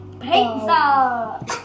Pizza